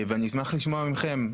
ואני אשמח לשמוע מכם.